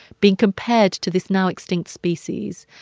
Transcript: being compared to this now-extinct species,